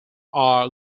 are